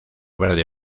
verde